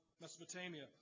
Mesopotamia